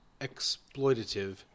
exploitative